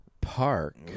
Park